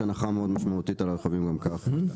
הנחה מאוד משמעותית על הרכבים גם ככה,